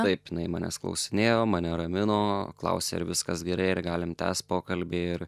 taip jinai manęs klausinėjo mane ramino klausė ar viskas gerai ir galim tęst pokalbį ir